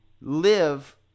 live